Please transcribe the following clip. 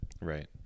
Right